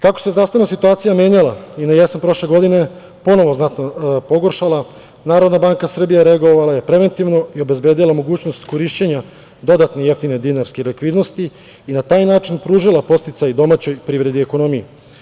Kako se zdravstvena situacija menjala i na jesen prošle godine, ponovo znatno pogoršala, Narodna banka Srbije je reagovala preventivno i obezbedila mogućnost korišćenja dodatne jeftine dinarske likvidnosti i na taj način pružila podsticaj domaćoj privredi i ekonomiji.